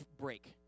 break